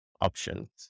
options